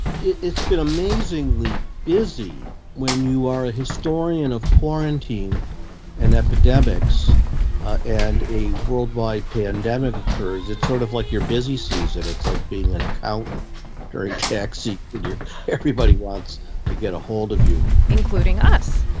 it's been amazingly busy. when you are a historian of quarantine and epidemics and a worldwide pandemic occurs, it's sort of like your busy season. it's like being an accountant during tax season and you're everybody wants to get ahold of you including us.